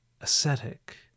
ascetic